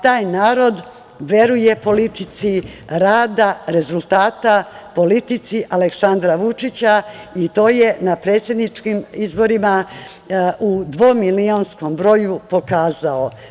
Taj narod veruje politici rada, rezultata, politici Aleksandra Vučića i to je na predsedničkim izborima u dvomilionskom broju pokazao.